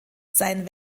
sein